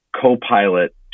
co-pilot